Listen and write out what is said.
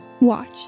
watch